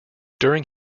during